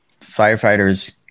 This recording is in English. firefighters